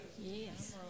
Yes